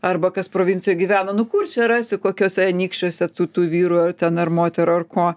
arba kas provincijoj gyvena nu kur čia rasi kokiuose anykščiuose tų tų vyrų ten ar moterų ar ko